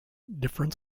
different